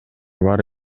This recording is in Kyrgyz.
бар